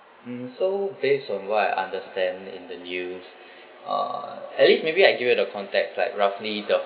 mm so based on what I understand in the news uh at least maybe I give you the context like roughly the